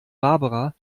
barbara